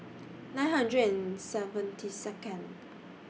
nine hundred and seventy Second